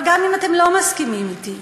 אבל גם אם אתם לא מסכימים אתי,